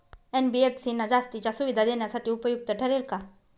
NBFC ना जास्तीच्या सुविधा देण्यासाठी उपयुक्त ठरेल का?